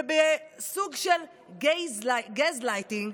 ובסוג של גזלייטינג,